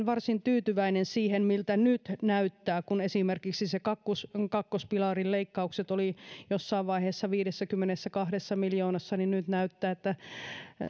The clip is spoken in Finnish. varsin tyytyväinen siihen miltä nyt nyt näyttää kun esimerkiksi kakkospilarin leikkaukset olivat jossain vaiheessa viidessäkymmenessäkahdessa miljoonassa niin nyt näyttää että